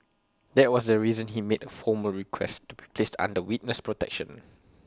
that was the reason he made A formal request to be placed under witness protection